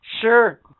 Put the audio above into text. Sure